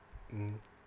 mmhmm